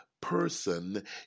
person